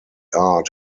art